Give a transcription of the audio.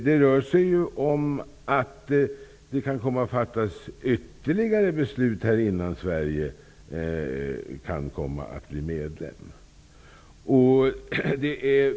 Det kan fattas ytterligare beslut innan Sverige kan komma att bli medlem.